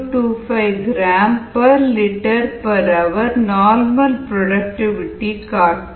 025 glhour normal productivity காட்டும்